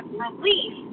relief